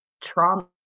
trauma